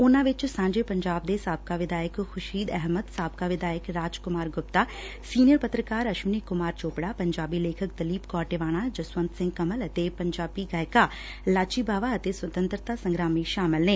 ਉਨੂਾਂ ਵਿਚ ਸਾਂਝੇ ਪੰਜਾਬ ਦੇ ਸਾਬਕਾ ਵਿਧਾਇਕ ਖੁਸੀਦ ਅਹਿਮਦ ਸਾਬਕਾ ਵਿਧਾਇਕ ਰਾਜ ਕੁਮਾਰ ਗੁਪਤਾ ਸੀਨੀਅਰ ਪੱਤਰਕਾਰ ਅਸ਼ਵਨੀ ਕੁਮਾਰ ਚੋਪਤਾ ਪੰਜਾਬੀ ਲੇਖਕ ਦਲੀਪ ਕੌਰ ਟਿਵਾਣਾ ਜਸਵੰਤ ਸਿੰਘ ਕੇਵਲ ਅਤੇ ਪੰਜਾਬੀ ਗਾਇਕਾ ਲਾਚੀ ਬਾਵਾ ਅਤੇ ਸੁੰਤਤਰਤਾ ਸੰਗਰਾਮੀ ਸ਼ਾਮਲ ਨੇ